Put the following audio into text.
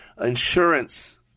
insurance